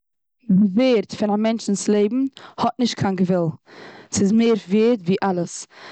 די ווערד פון א מענטשנס לעבן האט נישט קיין גבול. ס'איז מער ווערד ווי אלעס.